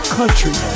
country